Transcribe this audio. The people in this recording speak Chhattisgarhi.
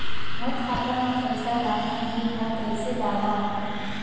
मोर खाता म पईसा डालना हे त कइसे डालव?